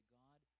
god